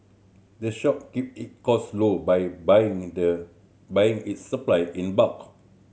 the shop keep it cost low by buying the buying its supply in bulk